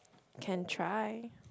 can try